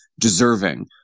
deserving